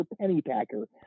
Pennypacker